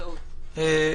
טעות.